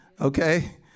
Okay